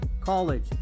college